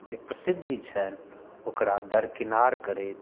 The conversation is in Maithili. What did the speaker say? जे प्रसिद्धि छनि ओकरा दरकिनार करैत